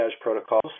protocols